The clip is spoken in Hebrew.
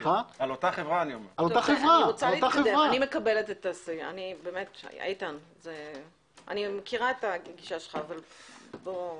אני מכירה את הגישה שלך, איתן, אבל לא.